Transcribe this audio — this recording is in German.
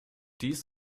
dies